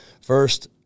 first